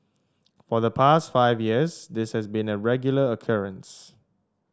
for the past five years this has been a regular occurrence